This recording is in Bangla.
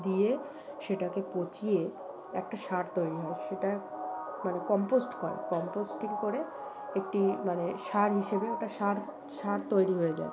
দিয়ে সেটাকে পচিয়ে একটা সার তৈরি হয় সেটা মানে কম্পোস্ট করে কম্পোস্টিং করে একটি মানে সার হিসেবে ওটা সার সার তৈরি হয়ে যায়